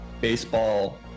baseball